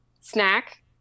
snack